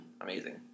amazing